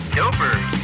Dopers